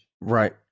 Right